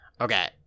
okay